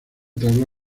tabla